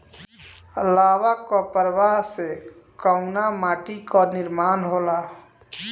लावा क प्रवाह से कउना माटी क निर्माण होला?